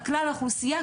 על כלל האוכלוסייה,